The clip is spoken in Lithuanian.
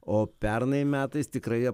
o pernai metais tikrai